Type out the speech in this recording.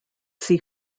see